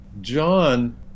John